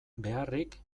beharrik